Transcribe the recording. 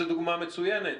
זו דוגמה מסוימת,